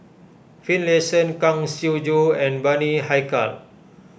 Finlayson Kang Siong Joo and Bani Haykal